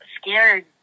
scared